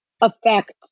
affect